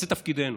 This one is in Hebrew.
זה תפקידנו.